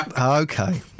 Okay